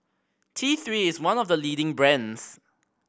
T Three is one of the leading brands